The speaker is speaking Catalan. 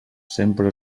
sempre